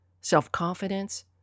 self-confidence